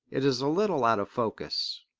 it is a little out of focus.